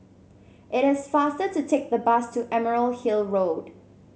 it is faster to take the bus to Emerald Hill Road